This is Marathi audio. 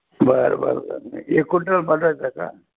बरं बरं बरं एक कुटल बटाटा का